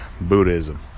Buddhism